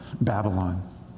Babylon